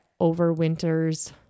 overwinters